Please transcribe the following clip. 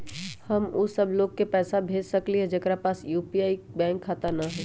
हम उ सब लोग के पैसा भेज सकली ह जेकरा पास यू.पी.आई बैंक खाता न हई?